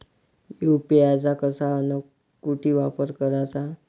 UPI चा कसा अन कुटी वापर कराचा?